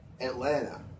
Atlanta